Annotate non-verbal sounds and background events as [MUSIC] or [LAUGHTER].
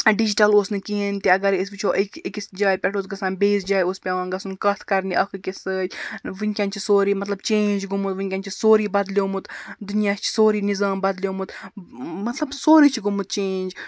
digital اوس نہٕ کِہیٖنۍ تہِ اَگرَے أسۍ وٕچھو [UNINTELLIGIBLE] أکِس جایہِ پٮ۪ٹھ اوس گژھان بیٚیِس جایہِ اوس پٮ۪وان گژھُن کَتھ کَرنہِ اَکھ أکِس سۭتۍ وٕنکٮ۪ن چھِ سورُے مطلب چینٛج گوٚمُت وٕنکٮ۪ن چھِ سورُے بَدلیومُت دُنیا چھِ سورُے نِظام بَدلیومُت مطلب سورُے چھُ گوٚمُت چینٛج